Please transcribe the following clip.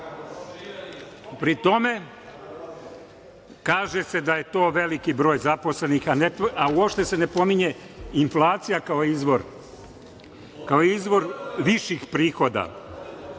pri tome kaže se, da je to veliki broj zaposlenih, a u opšte se ne pominje inflacija kao izvor viših prihoda.